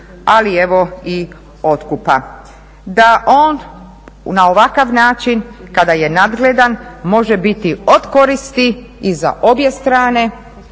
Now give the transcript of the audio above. ali evo i otkupa. Da on na ovakav način kada je nadgledan može biti od koristi i za obje strane,